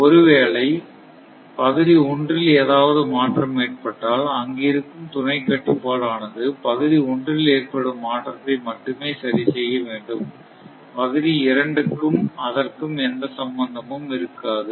ஒருவேளை பகுதி ஒன்றில் ஏதாவது மாற்றம் ஏற்பட்டால் அங்கு இருக்கும் துணை கட்டுப்பாடு ஆனது பகுதி ஒன்றில் ஏற்படும் மாற்றத்தை மட்டுமே சரி செய்ய வேண்டும் பகுதி இரண்டுக்கும் அதற்கும் எந்த சம்பந்தமும் இருக்காது